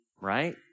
right